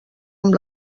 amb